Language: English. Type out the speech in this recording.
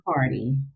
party